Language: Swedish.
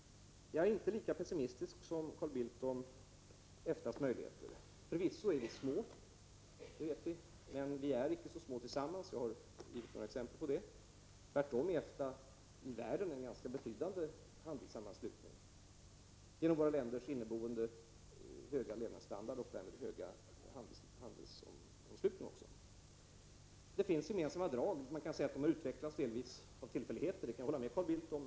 Jag är inte lika pessimistisk som Carl Bildt om EFTA:s möjligheter. Förvisso är de små, det vet vi, men EFTA-länderna är inte så små tillsammans; det har jag gett några exempel på. Tvärtom är EFTA i världen en ganska betydande handelssammanslutning genom våra länders inneboende höga levnadsstandard och därmed också höga handelsomslutning. Det finns gemensamma drag. Man kan säga att de har utvecklats delvis av tillfälligheter — det kan jag hålla med Carl Bildt om.